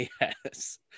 Yes